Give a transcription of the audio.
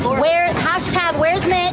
where where'smitch